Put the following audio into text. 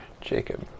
Jacob